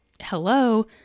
Hello